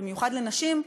במיוחד לנשים,